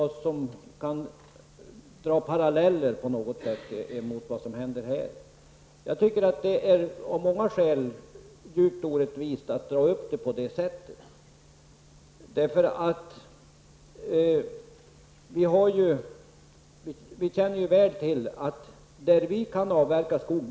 Den jämförelsen tycker jag inte är rättvis. I Sverige skövlar vi inte skog.